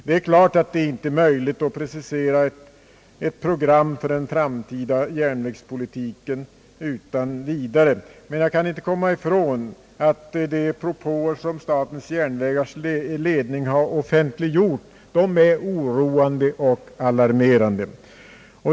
Det är givetvis inte möjligt att precisera ett program för en framtida järnvägspolitik utan vidare, men jag kan inte komma ifrån att de propåer som statens järnvägars ledning offentliggjort är oroande och alarmerande.